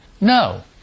No